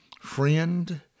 Friend